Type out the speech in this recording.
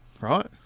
right